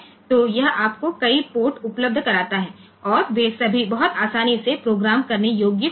तो यह आपको कई पोर्ट उपलब्ध कराता है और वे बहुत आसानी से प्रोग्राम करने योग्य होते हैं